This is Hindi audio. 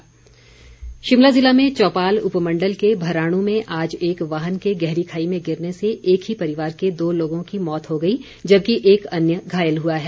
दुर्घटना शिमला ज़िला में चौपाल उपमण्डल के भराणू में आज एक वाहन के गहरी खाई में गिरने से एक ही परिवार के दो लोगों की मौत हो गई जबकि एक अन्य घायल हुआ है